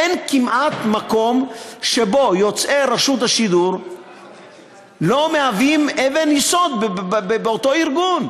אין כמעט מקום שבו יוצאי רשות השידור לא מהווים אבן יסוד באותו ארגון.